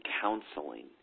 counseling